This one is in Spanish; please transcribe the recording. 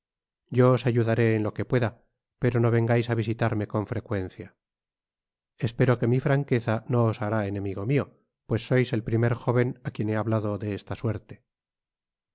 os ayudaré en lo que pueda pero no vengais á visitarme con frecuencia espero que mi franqueza no os hará enemigo mio pues sois el primer joven á quien he hablado de está suerte